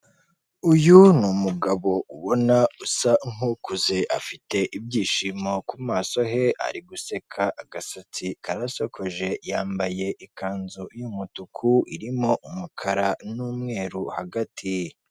Uyu ni umugabo ubona usa nk'ukuze afite ibyishimo ku maso he ari guseka. Agasatsi karasokoje yambaye ikanzu y'umutuku irimo umukara n'umweru hagati.